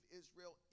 israel